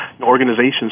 organizations